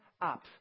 up